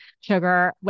sugar